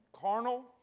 carnal